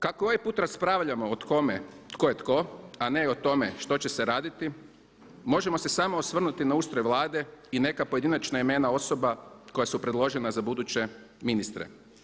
Kako ovaj put raspravljamo o kome tko je tko a ne i o tome što će se raditi, možemo se samo osvrnuti na ustroj Vlade i neka pojedinačna imena osoba koje su predložena za buduće ministre.